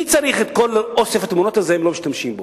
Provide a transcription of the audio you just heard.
מי צריך את כל אוסף התמונות הזה אם לא משתמשים בו?